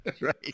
right